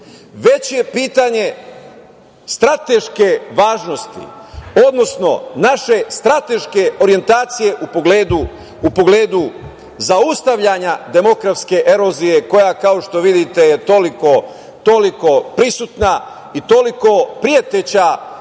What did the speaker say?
već je pitanje strateške važnosti, odnosno naše strateške orjentacije u pogledu zaustavljanja demografske erozije koja, kao što vidite je toliko prisutna i toliko preteća